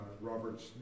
Robert's